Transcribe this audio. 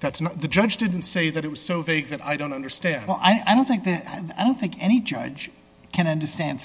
that's not the judge didn't say that it was so vague that i don't understand i don't think that and i don't think any judge can understand